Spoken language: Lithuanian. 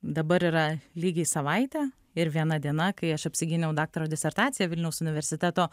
dabar yra lygiai savaitė ir viena diena kai aš apsigyniau daktaro disertaciją vilniaus universiteto